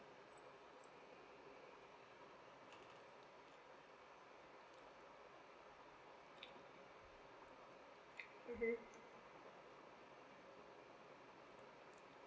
mmhmm